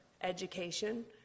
education